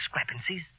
discrepancies